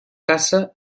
caça